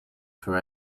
for